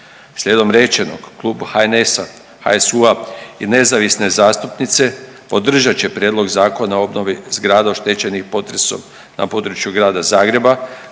Slijedom rečenog, Klub HNS-a, HSU-a i nezavisne zastupnice podržat će Prijedlog Zakona o obnovi zgrada oštećenih potresom na području Grada Zagreba,